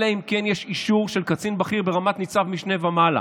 אלא אם כן יש אישור של קצין בכיר ברמת ניצב משנה ומעלה.